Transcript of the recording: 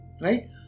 Right